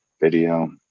video